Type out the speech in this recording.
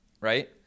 Right